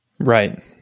Right